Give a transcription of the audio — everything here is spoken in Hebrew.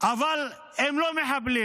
אבל הם לא מחבלים.